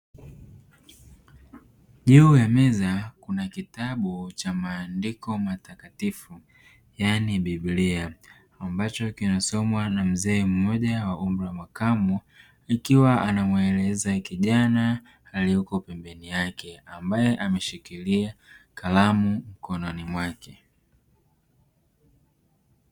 Juu ya meza kuna kitabu cha maandiko matakatifu yaani Bibilia, ambacho kinasomwa na mzee mmoja wa umri wa makamo akiwa anamuelezea kijana aliyeko pembeni yake ambaye ameshikilia kalamu mkononi mwake.